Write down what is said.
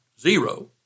zero